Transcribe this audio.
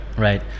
right